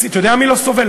אתה יודע מי לא סובל?